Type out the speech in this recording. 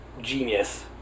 genius